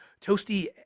Toasty